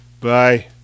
bye